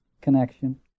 connection